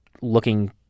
looking